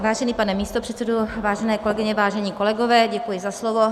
Vážený pane místopředsedo, vážené kolegyně, vážení kolegové, děkuji za slovo.